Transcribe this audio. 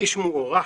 איש מוערך,